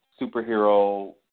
superhero